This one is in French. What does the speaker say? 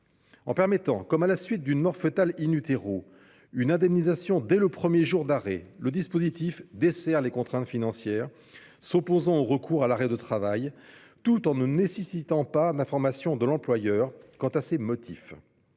En permettant, comme à la suite d'une mort foetale, une indemnisation dès le premier jour d'arrêt, le dispositif desserre les contraintes financières s'opposant au recours à l'arrêt de travail, tout en ne nécessitant pas d'information de l'employeur quant à ses motifs.